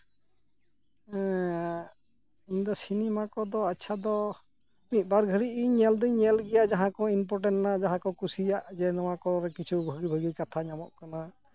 ᱤᱧᱫᱚ ᱥᱤᱱᱤᱢᱟ ᱠᱚᱫᱚ ᱟᱪᱪᱷᱟ ᱫᱚ ᱢᱤᱫᱼᱵᱟᱨ ᱜᱷᱟᱹᱲᱤᱡ ᱤᱧ ᱧᱮᱞ ᱫᱩᱧ ᱧᱮᱞ ᱜᱮᱭᱟ ᱡᱟᱦᱟᱸ ᱠᱚ ᱤᱱᱯᱚᱨᱴᱮᱱᱴ ᱵᱮᱱᱟᱜᱼᱟ ᱡᱟᱦᱟᱸ ᱠᱚ ᱠᱩᱥᱤᱭᱟᱜ ᱡᱮ ᱱᱚᱣᱟ ᱠᱚᱨᱮ ᱠᱤᱪᱷᱩ ᱵᱷᱟᱹᱜᱤ ᱵᱷᱟᱹᱜᱤ ᱠᱟᱛᱷᱟ ᱧᱟᱢᱚᱜ ᱠᱟᱱᱟ